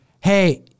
hey